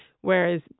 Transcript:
Whereas